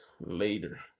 later